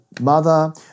mother